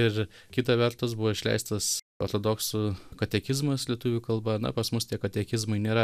ir kita vertus buvo išleistas ortodoksų katekizmas lietuvių kalba na pas mus tie katekizmai nėra